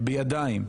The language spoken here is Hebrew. בידיים,